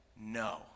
No